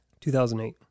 2008